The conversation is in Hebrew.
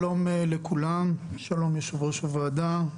שלום לכולם, שלום ליושב-ראש הוועדה.